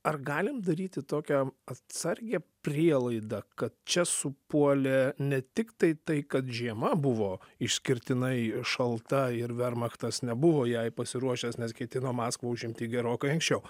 ar galim daryti tokią atsargią prielaidą kad čia supuolė ne tiktai tai kad žiema buvo išskirtinai šalta ir vermachtas nebuvo jai pasiruošęs nes ketino maskvą užimti gerokai anksčiau